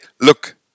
Look